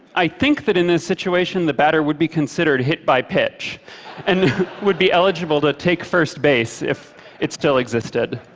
i think that in this situation, the batter would be considered hit by pitch and would be eligible to take first base, if it still existed.